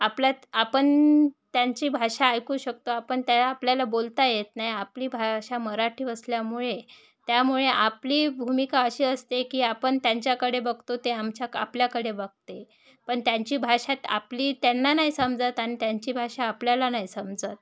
आपल्यात आपण त्यांची भाषा ऐकू शकतो आपण त्या आपल्याला बोलता येत नाही आपली भाषा मराठी असल्यामुळे त्यामुळे आपली भूमिका अशी असते की आपण त्यांच्याकडे बघतो ते आमच्या आपल्याकडे बघते पण त्यांची भाषा आपली त्यांना नाही समजत आणि त्यांची भाषा आपल्याला नाही समजत